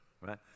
right